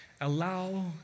Allow